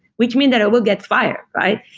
which means that i will get fired, right?